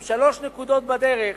עם שלוש נקודות בדרך,